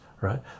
right